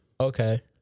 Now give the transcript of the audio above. Okay